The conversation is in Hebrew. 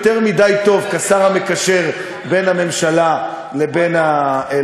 יותר מדי טוב כשר המקשר בין הממשלה לכנסת.